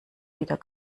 wieder